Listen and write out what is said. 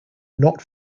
not